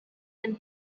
and